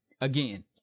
Again